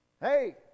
hey